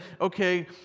okay